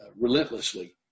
relentlessly